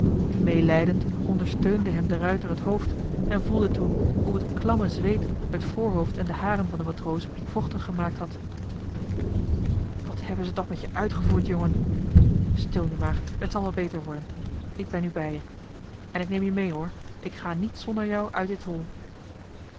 meelijdend ondersteunde hem de ruijter het hoofd en voelde toen hoe het klamme zweet het voorhoofd en de haren van den matroos vochtig gemaakt had wat hebben ze toch met je uitgevoerd jongen stil nu maar t zal wel beter worden ik ben nu bij je en k neem je mee hoor ik ga niet zonder jou uit dit hol